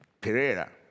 Pereira